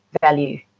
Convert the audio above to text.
value